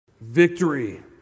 victory